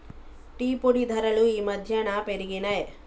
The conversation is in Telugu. టీ పొడి ధరలు ఈ మధ్యన పెరిగినయ్